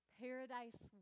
paradise